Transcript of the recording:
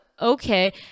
Okay